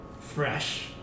fresh